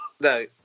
No